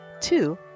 Two